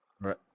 Right